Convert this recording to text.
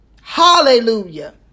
Hallelujah